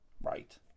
Right